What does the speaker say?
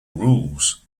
rules